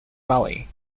valley